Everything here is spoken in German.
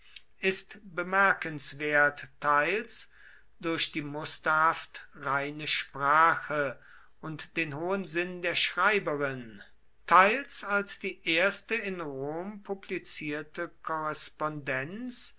ist bemerkenswert teils durch die musterhaft reine sprache und den hohen sinn der schreiberin teils als die erste in rom publizierte korrespondenz